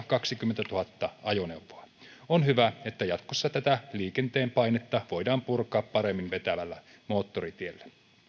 kaksikymmentätuhatta ajoneuvoa on hyvä että jatkossa tätä liikenteen painetta voidaan purkaa paremmin vetävällä moottoritiellä